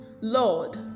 Lord